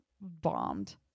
bombed